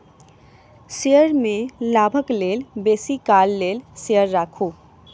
share में लाभक लेल बेसी काल लेल शेयर राखू